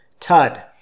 Tud